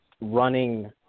running